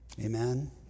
Amen